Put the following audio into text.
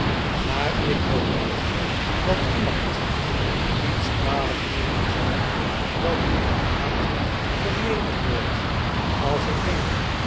maar ik hoop niet dat iemand iets kwalijk nemen zal dat niet kwaad gemeend wordt als ik denk